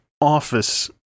office